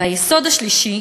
והיסוד השלישי,